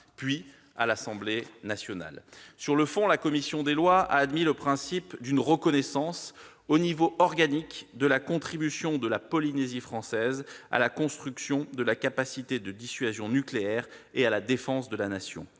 puis à l'Assemblée nationale. Sur le fond, la commission des lois a admis le principe d'une reconnaissance, à l'échelon organique, de la contribution de la Polynésie française à la construction de la capacité de dissuasion nucléaire et à la défense de la Nation.